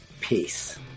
Peace